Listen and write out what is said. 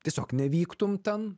tiesiog nevyktum ten